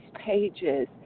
pages